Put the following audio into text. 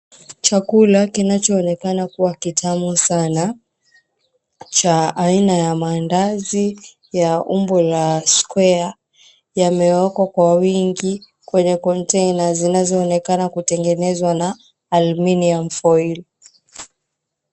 Chakula kinacoonekana kuwa kitamu sana cha aina ya mandazi ya umbo la square , yamewekwa kwa wingi kwenye container zinazoonekana kutengenezwa na aluminium foil .